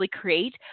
create